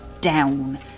down